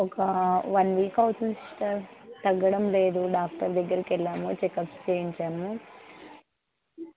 ఒక one week అవుతుంది sister తగ్గడం లేదు డాక్టర్ దగ్గరికెళ్ళాను చెకప్స్ చేయించాను